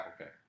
okay